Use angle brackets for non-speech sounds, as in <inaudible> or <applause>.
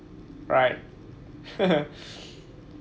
right <laughs>